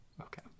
okay